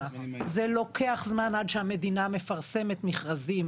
זה לוקח זמן עד שהמדינה מפרסמת מכרזים.